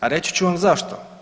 A reći ću vam zašto?